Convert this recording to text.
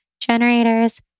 Generators